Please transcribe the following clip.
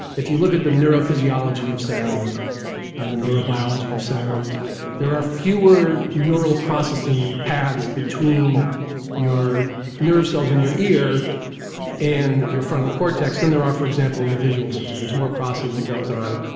if you look at the neurophysiology of sound and the neurobiology of sound there are fewer neuro processing paths between your nerve cells in your ear and your frontal cortex than there are, for example, in the visual system. there's more processing that goes on